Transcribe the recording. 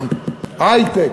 היי-טק,